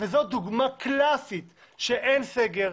זאת דוגמה קלאסית שאין סגר.